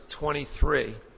23